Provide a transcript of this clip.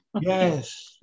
Yes